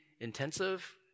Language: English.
intensive